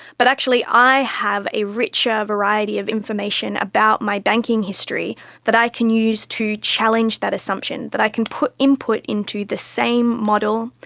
but actually i have a richer variety of information about my banking history that i can use to challenge that assumption, that i can put input into the same model,